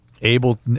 Able